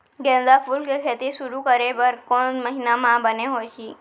गेंदा फूल के खेती शुरू करे बर कौन महीना मा बने होही?